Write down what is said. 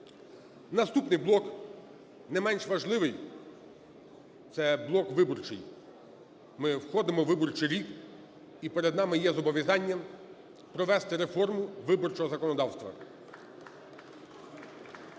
Наступний блок не менш важливий – це блок виборчий. Ми входимо у виборчий рік, і перед нами є зобов'язання провести реформу виборчого законодавства.